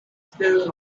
still